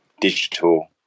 digital